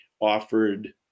offered